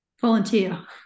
volunteer